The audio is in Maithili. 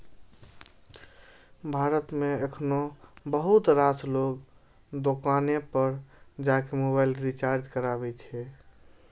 भारत मे एखनो बहुत रास लोग दोकाने पर जाके मोबाइल रिचार्ज कराबै छै